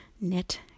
knit